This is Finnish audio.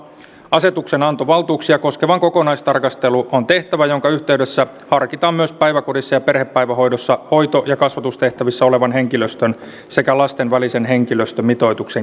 asetuksenantovaltuuksia koskeva kokonaistarkastelu on tehtävä ja sen yhteydessä harkitaan myös päiväkodissa ja perhepäivähoidossa hoito ja kasvatustehtävissä olevan henkilöstön sekä lasten välisen henkilöstömitoituksen kirjaamista lakiin